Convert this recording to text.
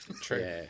True